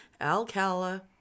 Alcala